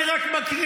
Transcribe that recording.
אני רק מקריא.